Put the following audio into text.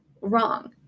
wrong